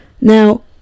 Now